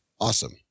Awesome